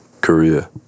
Korea